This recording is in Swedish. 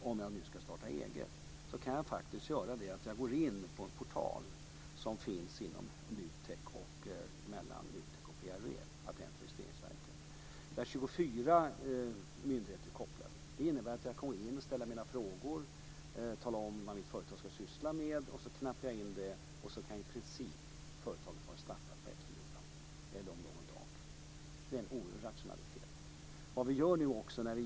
Om man ska starta eget kan man därtill gå in på en portal som finns mellan NUTEK och PRV, Patentoch registreringsverket dit 24 myndigheter är kopplade. Det innebär att jag kan gå in och ställa mina frågor och tala om vad mitt företag ska syssla med. Jag knappar in det, och sedan kan företaget i princip vara startat på eftermiddagen eller efter någon dag. Det är oerhört rationellt.